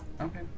Okay